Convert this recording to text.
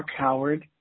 markhoward